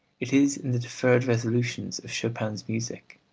it is in the deferred resolutions of chopin's music.